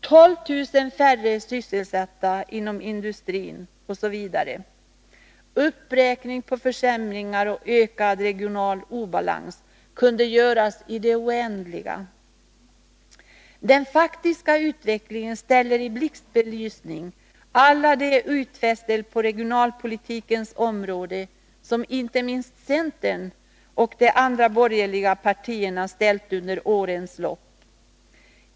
12 000 färre är sysselsatta inom industrin, osv. Uppräkningen av försämringar och av ökad regional obalans kunde fortsättas i all oändlighet. Den faktiska utvecklingen ställer i blixtbelysning alla de utfästelser på regionalpolitikens område som de borgerliga, inte minst centern, gjort under årens lopp.